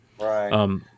Right